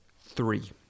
Three